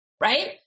right